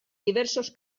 diversos